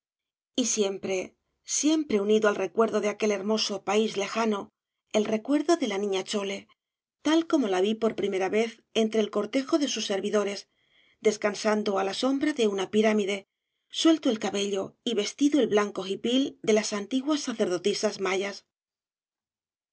jy siempre siempre unido al recuerdo de aquel hermoso país lejano el recuerdo de la niña chole tal como la vi ií obras de valle inclan g por vez primera entre el cortejo de sus servidores descansando á la sombra de una pirámide suelto el cabello y vestido el blanco hipil de las antiguas sacerdotisas mayas